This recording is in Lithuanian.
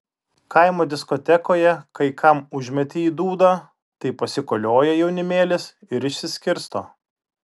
kaimo diskotekoje kai kam užmeti į dūdą tai pasikolioja jaunimėlis ir išsiskirsto